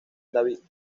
david